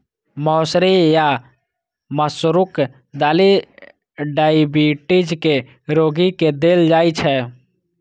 मौसरी या मसूरक दालि डाइबिटीज के रोगी के देल जाइ छै